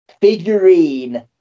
figurine